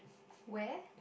where